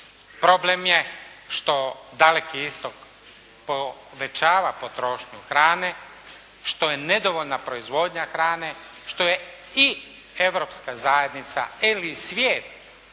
Problem je što Daleki istok povećava potrošnju hrane, što je nedovoljna proizvodnja hrane što je i Europska zajednica, …